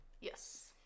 Yes